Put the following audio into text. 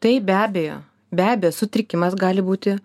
tai be abejo be abejo sutrikimas gali būti